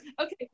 Okay